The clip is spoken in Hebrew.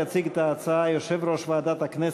יציג את ההצעה יושב-ראש ועדת הכנסת,